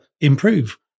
improve